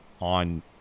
on